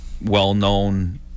well-known